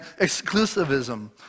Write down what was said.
exclusivism